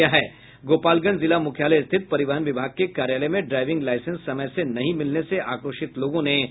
गोपालगंज जिला मुख्यालय स्थित परिवहन विभाग के कार्यालय में ड्राईविंग लाईसेंस समय से नहीं मिलने से आक्रोशित लोगों ने हंगामा किया